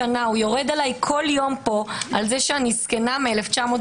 לצורכי בחירות) האחת הצעתו של חבר הכנסת רם שפע,